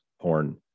porn